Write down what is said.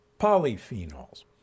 Polyphenols